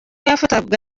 yafatwaga